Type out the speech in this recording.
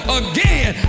again